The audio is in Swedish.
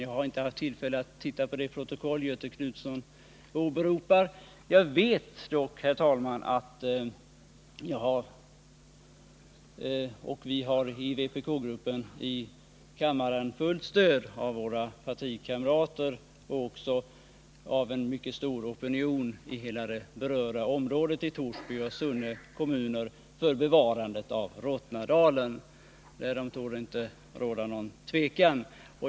Jag har inte haft tillfälle att titta på det protokoll som Göthe Knutson åberopar. Jag vet dock att vpk-gruppen i kammaren har fullt stöd av sina partikamrater och även av en mycket stark opinion i det berörda området i Torsby och Sunne kommuner när den vill bevara Rottnadalen. Därom torde inte råda något tvivel.